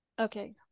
okay